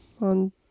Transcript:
on